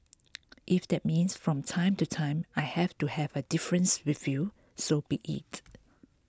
if that means from time to time I have to have a difference with you so be it